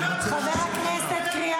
כבוד,